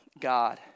God